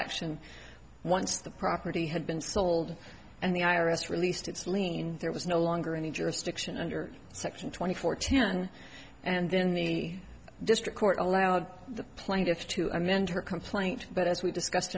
action once the property had been sold and the i r s released its lien there was no longer any jurisdiction under section twenty four ten and then the district court allowed the plane gets to amend her complaint but as we discussed